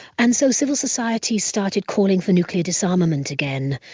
and so civil society started calling for nuclear disarmament again.